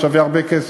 זה שווה הרבה כסף.